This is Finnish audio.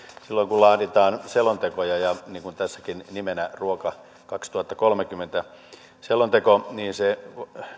silloin kun laaditaan selontekoja ja niin kuin tässäkin on nimenä ruoka kaksituhattakolmekymmentä selonteko niin se